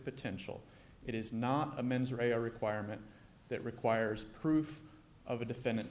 potential it is not a mens rea a requirement that requires proof of a defendant